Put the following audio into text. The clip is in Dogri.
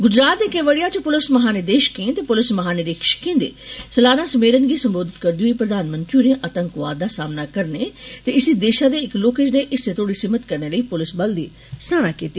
गुजरात दे केवड़िया च पुलस महानिदेषकें ते पुलस महानिरीक्षणें दे सलाना सम्मेलन गी संबोधित करदे होई प्रधानमंत्री होरें आतंकवाद दा सामना करने ते इसी देसै दे इक लौहके ज्नेह हिस्से तोहड़ी सीमित करने लेई पुलस बल दी सराहना कीती